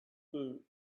food